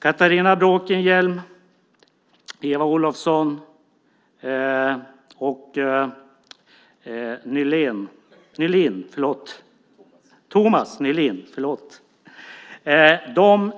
Catharina Bråkenhielm, Eva Olofsson och Thomas Nihlén